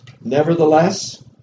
Nevertheless